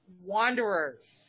wanderers